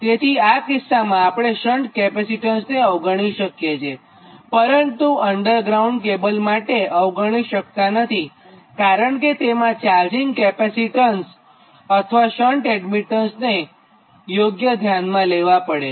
તેથી આ કિસ્સામાં આપણે શંટ કેપેસિટેન્સને અવગણી શકીએ છીએ પરંતુ અન્ડરગ્રાઉન્ડ કેબલ માટે અવગણી શકતા નથી કારણે કે તેમાં ચાર્જિંગ કેપેસિટીન્સ અથવા શન્ટ એડમિટેન્સને યોગ્ય ધ્યાનમાં લેવા પડે છે